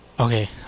okay